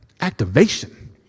activation